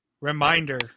reminder